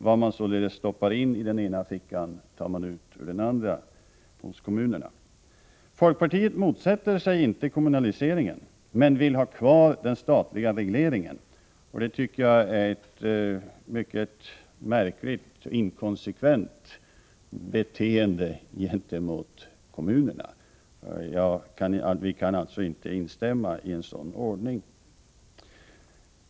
Vad man således stoppar in i den ena fickan tar man ut ur den andra, hos kommunerna. Folkpartiet motsätter sig inte kommunaliseringen, men vill ha kvar den statliga regleringen. Det tycker jag är ett mycket märkligt och inkonsekvent beteende gentemot kommunerna. Vi kan inte instämma i detta och vill alltså inte ställa oss bakom en sådan ordning.